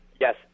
Yes